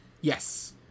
Yes